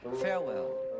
Farewell